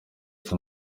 ati